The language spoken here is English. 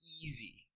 easy